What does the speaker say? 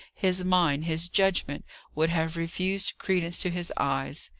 his mind, his judgment would have refused credence to his eyes.